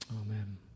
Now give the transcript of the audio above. amen